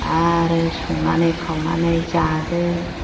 आरो संनानै खावनानै जादो